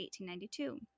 1892